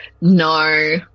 No